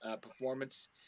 performance